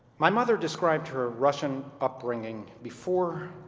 my mother described her ah russian upbringing before,